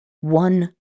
one